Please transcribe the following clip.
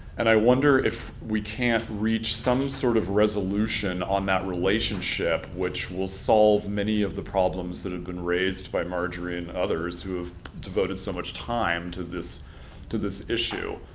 and i wonder if we can't reach some sort of resolution on that relationship relationship which will solve many of the problems that have been raised by marjory and others who have devoted so much time to this to this issue.